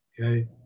okay